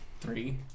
Three